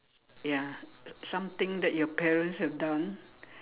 ya something that your parents have done